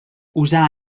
usar